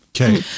okay